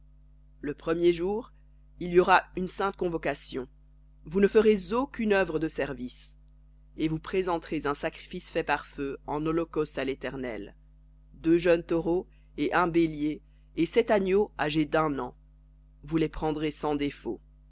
le premier jour il y aura une sainte convocation vous ne ferez aucune œuvre de service et vous présenterez un sacrifice fait par feu en holocauste à l'éternel deux jeunes taureaux et un bélier et sept agneaux âgés d'un an vous les prendrez